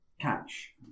catch